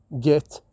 get